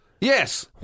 Yes